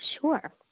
Sure